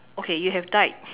okay you have died